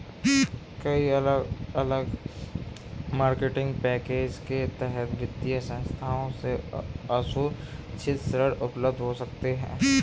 कई अलग अलग मार्केटिंग पैकेज के तहत वित्तीय संस्थानों से असुरक्षित ऋण उपलब्ध हो सकते हैं